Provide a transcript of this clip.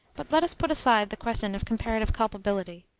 but let us put aside the question of comparative culpability.